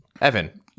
Evan